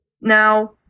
Now